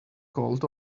called